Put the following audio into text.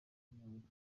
b’ibihangange